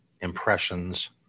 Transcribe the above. impressions